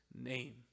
name